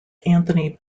anthony